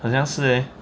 好像是 leh